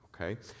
okay